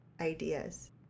ideas